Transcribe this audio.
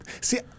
See